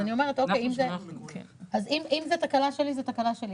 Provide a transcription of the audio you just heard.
אם זו תקלה שלי אז היא שלי.